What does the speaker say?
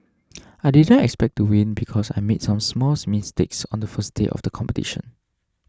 I didn't expect to win because I made some small mistakes on the first day of the competition